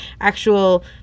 actual